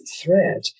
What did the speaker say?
thread